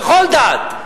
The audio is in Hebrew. בכל דת,